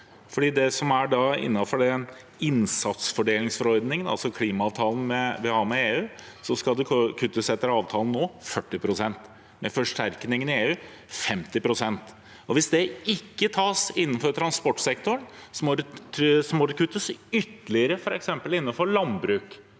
det som er innenfor innsatsfordelingsforordningen, altså klimaavtalen vi har med EU, skal det, etter avtalen nå, kuttes 40 pst. – og med forsterkningen i EU 50 pst. Hvis det ikke tas innenfor transportsektoren, må det kuttes ytterligere f.eks. innenfor landbruk,